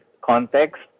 context